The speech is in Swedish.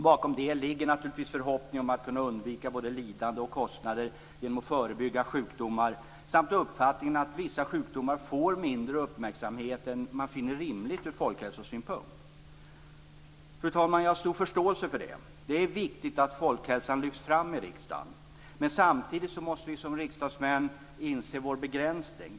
Bakom det ligger naturligtvis förhoppningar om att man skall kunna undvika både lidanden och kostnader genom att förebygga sjukdomar samt uppfattningen att vissa sjukdomar får mindre uppmärksamhet än man finner rimligt ur folkhälsosynpunkt. Fru talman! Jag har stor förståelse för det här. Det är viktigt att folkhälsan lyfts fram i riksdagen. Men vi som riksdagsmän måste inse vår begränsning.